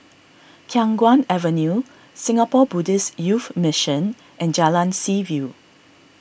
Khiang Guan Avenue Singapore Buddhist Youth Mission and Jalan Seaview